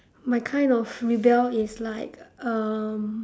my kind of rebel is like um